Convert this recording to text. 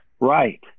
Right